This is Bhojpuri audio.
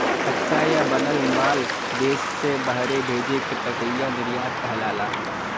कच्चा या बनल माल देश से बहरे भेजे क प्रक्रिया निर्यात कहलाला